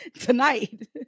tonight